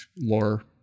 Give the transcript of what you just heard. lore